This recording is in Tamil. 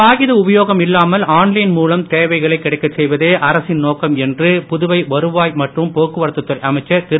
காகித உபயோகம் இல்லாமல் ஆன்லைன் மூலம் சேவைகளை கிடைக்கச் செய்வதே அரசின் நோக்கம் என்று புதுவை வருவாய் மற்றும் போக்குவரத்து துறை அமைச்சர் திரு